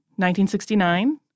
1969